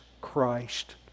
Christ